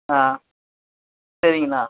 ஆ சரிங்கண்ணா